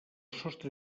sostre